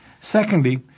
Secondly